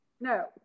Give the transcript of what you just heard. No